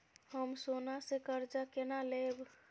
हम सोना से कर्जा केना लैब?